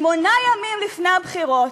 שמונה ימים לפני הבחירות,